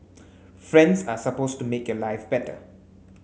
friends are supposed to make your life better